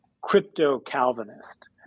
crypto-Calvinist